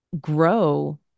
grow